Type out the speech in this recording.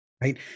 Right